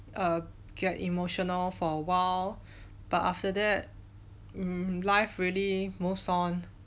err get emotional for a while but after that um life really moves on